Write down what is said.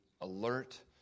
alert